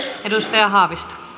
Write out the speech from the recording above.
arvoisa puhemies